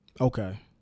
Okay